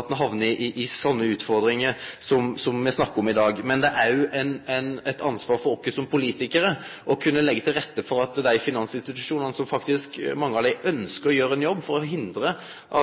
at ein får slike utfordringar som eg snakkar om i dag. Men det er òg eit ansvar for oss som politikarar å kunne leggje til rette for at finansinstitusjonane – mange av dei ønskjer faktisk å gjere ein jobb for å hindre